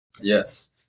Yes